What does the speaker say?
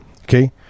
okay